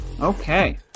Okay